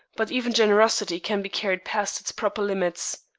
but even generosity can be carried past its proper limits.